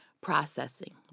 processing